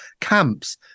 camps